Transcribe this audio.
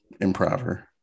improver